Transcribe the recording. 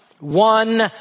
One